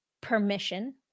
permission